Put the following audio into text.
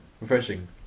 refreshing